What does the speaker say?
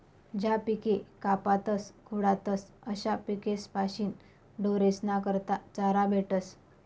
ज्या पिके कापातस खुडातस अशा पिकेस्पाशीन ढोरेस्ना करता चारा भेटस